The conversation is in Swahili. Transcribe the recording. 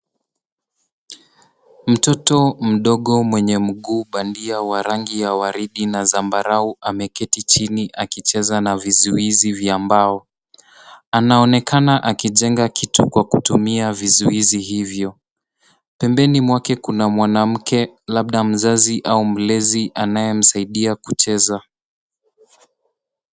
Mtoto mdogo mwenye mguu bandia wa rangi ya waridi na zambarau ameketi chini akicheza na vuzuizi vya mbao. Anaonekana akijenga kitu kwa kutumia vizuizi hivyo. Pembeni mwake kuna mwanamke labda mzazi au mlezi anayemsaidia kucheza.